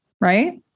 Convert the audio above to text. Right